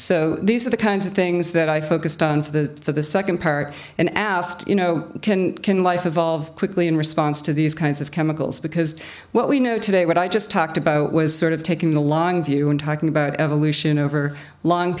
so these are the kinds of things that i focused on for the second part and asked you know can can life evolve quickly in response to these kinds of chemicals because what we know today what i just talked about was sort of taking the long view and talking about evolution over long